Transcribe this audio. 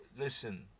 Listen